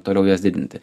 toliau jas didinti